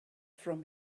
from